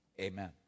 amen